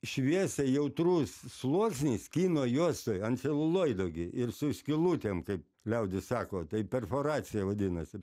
šviesiai jautrus sluoksnis kino juostai ant celuloido gi ir su skylutėm kaip liaudis sako tai perforacija vadinasi